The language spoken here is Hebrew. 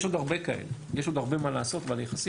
יש עוד הרבה כאלה, יש עוד הרבה מה לעשות אבל יחסית